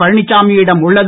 பழனிச்சாமி யிடம் உள்ளது